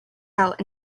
out